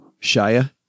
Shia